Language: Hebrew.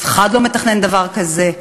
אף אחד לא מתכנן דבר כזה,